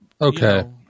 Okay